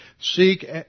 seek